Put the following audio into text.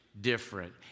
different